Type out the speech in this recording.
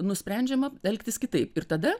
nusprendžiama elgtis kitaip ir tada